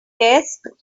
desk